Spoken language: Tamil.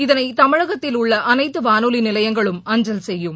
இதனை தமிழகத்தில் உள்ள அனைத்து வானொலி நிலையங்களும் அஞ்சல் செய்யும்